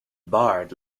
barred